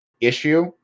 issue